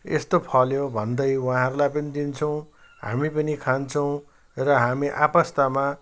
यस्तो फल्यो भन्दै उहाँहरूलाई पनि दिन्छौँ हामी पनि खान्छौँ र हामी आपस्तमा